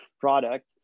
product